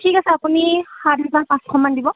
ঠিক আছে আপুনি সাত হেজাৰ পাঁচশ মান দিব